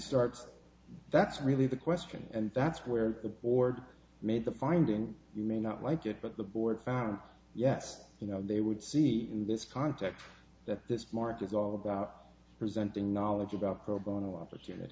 starts that's really the question and that's where the board made the finding you may not like it but the board yes you know they would see in this context that this mark is all about presenting knowledge about pro bono opportunit